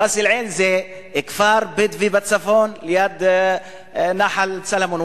ראס-אל-עין זה כפר בדואי בצפון ליד נחל צלמון,